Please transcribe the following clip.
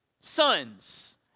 sons